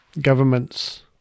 governments